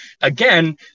Again